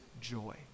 joy